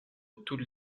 toutes